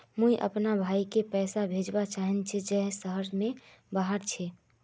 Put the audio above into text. मुई अपना भाईक पैसा भेजवा चहची जहें शहर से बहार छे